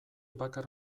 bakar